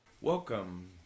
Welcome